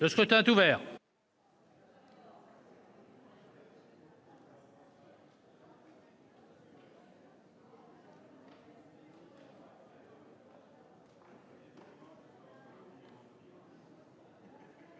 Le scrutin est ouvert.